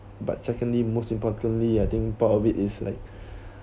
but secondly most importantly I think part of it is like